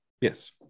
Yes